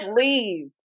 Please